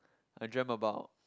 I dreamt about